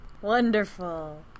Wonderful